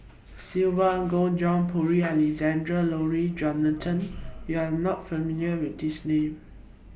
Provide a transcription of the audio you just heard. Sylvia Kho John Purvis Alexander Laurie Johnston YOU Are not familiar with These Names